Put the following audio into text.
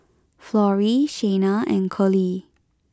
Florrie Shayna and Colie